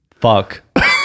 fuck